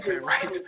right